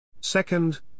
Second